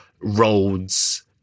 roads